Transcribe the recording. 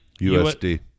USD